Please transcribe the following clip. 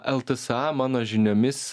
ltsa mano žiniomis